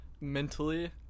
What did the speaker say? mentally